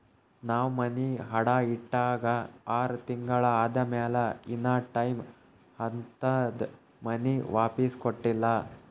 ನಾವ್ ಮನಿ ಅಡಾ ಇಟ್ಟಾಗ ಆರ್ ತಿಂಗುಳ ಆದಮ್ಯಾಲ ಇನಾ ಟೈಮ್ ಅದಂತ್ ಮನಿ ವಾಪಿಸ್ ಕೊಟ್ಟಿಲ್ಲ